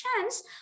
chance